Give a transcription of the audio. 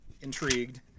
intrigued